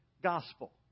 gospel